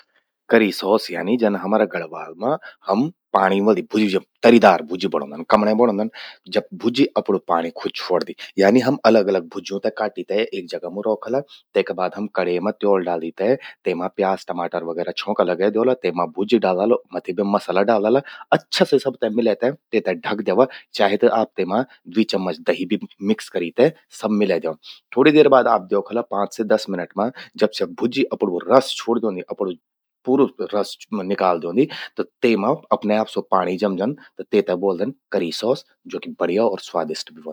करी सॉस यानी हमरा गढ़वाल मां जमण्ये हम पाणि वलि भुज्जि, तरिदार भुज्जि बणौंदन। कमण्ये बणौंदन? जब भुज्जि अपरु पाणि खुद छ्वोड़दि। यानी हम अलग अलग भुज्यूं ते काटी ते एक जगा मूं रौखला। तेका बाद हम कड़े मां त्योल डाली ते तेमा प्याज टमाटर वगैरा छोंका लगै द्योला। तेमा भुज्जि डालला, मथि बे मसाला डालला। अच्छा से सबु ते मिले ते तेते ढक द्यवा। चाहे त आप तेमा द्वी चम्मच दही भि मिक्स करी ते सब मिलै द्यवा। थोड़ी देर बाद आप द्योखला पांच से दस मिनट मां, जब स्या भुज्जि अपणूं रस छ्वोड़ द्योंदि, पूरू रस निकाल द्योंदि। त तेमा अपने आप स्वो पणि जमि जंद। तेते ब्वोलदन करी सॉस, ज्वो कि बढ़िया अर स्वादिष्ट भि व्हंद।